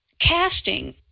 casting